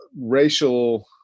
racial